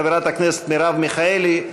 חברת הכנסת מרב מיכאלי,